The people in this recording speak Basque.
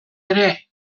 ere